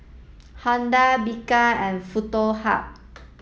Honda Bika and Foto Hub